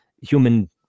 human